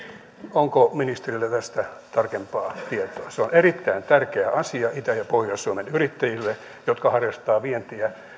onko ministereillä tästä tarkempaa tietoa se on erittäin tärkeä asia itä ja pohjois suomen yrittäjille jotka harrastavat vientiä